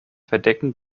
verdecken